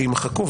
שימחקו,